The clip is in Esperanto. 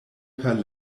per